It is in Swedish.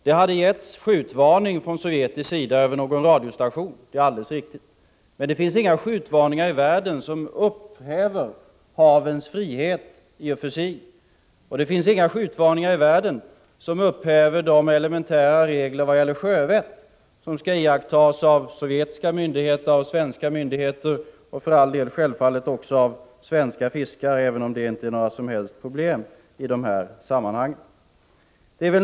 Det är helt riktigt att man från sovjetisk sida hade gett skjutvarning över en radiostation. Men inga skjutvarningar i världen kan upphäva detta med havens frihet. Inga skjutvarningar i världen kan upphäva de elementära regler vad gäller sjövett som skall iakttas av såväl sovjetiska som svenska myndigheter — självfallet gäller det också svenska fiskare, även om det inte finns några som helst problem i det sammanhanget.